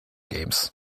games